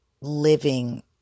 living